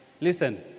Listen